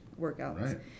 workouts